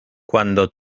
cuando